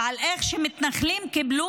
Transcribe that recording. ועל איך שמתנחלים קיבלו